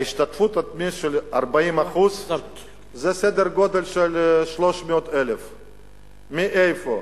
השתתפות עצמית של 40% זה סדר גודל של 300,000. מאיפה